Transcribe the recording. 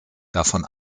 davon